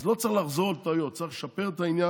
אז לא צריך לחזור על טעויות, צריך לשפר את העניין.